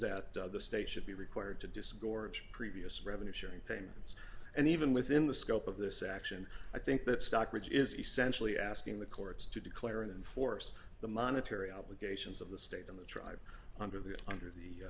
that the state should be required to disgorge previous revenue sharing payments and even within the scope of this action i think that stockbridge is essentially asking the courts to declare and force the monetary obligations of the state on the tribe under the under the